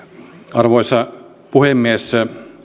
arvoisa puhemies